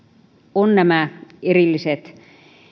on nämä erilliset